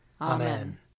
Amen